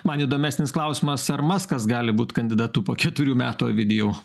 man įdomesnis klausimas ar maskas gali būt kandidatu po keturių metų ovidijau